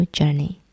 Journey 。